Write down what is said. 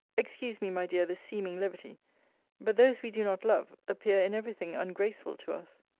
excuse me, my dear, this seeming levity but those we do not love, appear in every thing ungraceful to us.